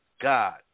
God